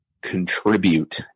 contribute